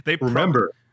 Remember